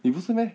你不是 meh